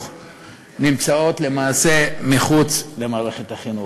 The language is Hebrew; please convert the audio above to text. נמצאות למעשה מחוץ למערכת החינוך.